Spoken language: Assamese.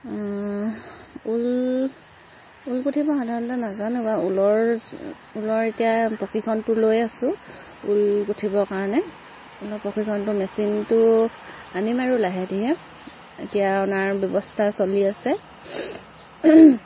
ঊল ঊল গোঁঠিব সাধাৰণতে নাজানো বাৰু ঊলৰ ঊলৰ এতিয়া প্ৰশিক্ষণটো লৈ আছো ঊল গোঁঠিবৰ কাৰণে ঊলৰ প্ৰশিক্ষণটো মেচিনটো আনিম আৰু লাহে ধীৰে এতিয়া অনাৰ ব্যৱস্থা চলি আছে